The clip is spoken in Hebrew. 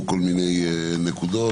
כל מיני נקודות.